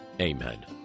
Amen